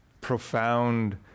profound